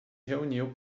reuniu